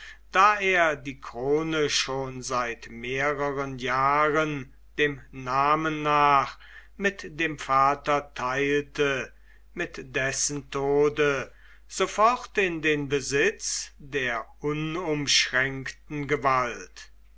da er die krone schon seit mehreren jahren dem namen nach mit dem vater teilte mit dessen tode sofort in den besitz der unumschränkten gewalt